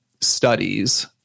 studies